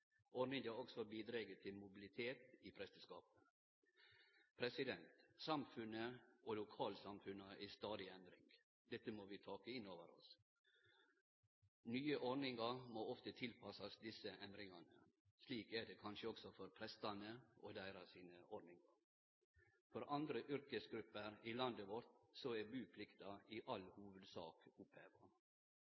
til mobilitet i presteskapet Samfunnet og lokalsamfunna er i stadig endring. Dette må vi ta inn over oss. Nye ordningar må ofte tilpassast desse endringane. Slik er det kanskje også for prestane og ordningane deira. For andre yrkesgrupper i landet vårt er buplikta i all hovudsak oppheva.